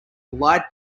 light